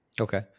Okay